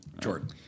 Jordan